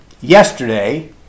yesterday